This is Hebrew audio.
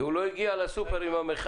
כי הוא לא הגיע לסופרמרקט עם המכל.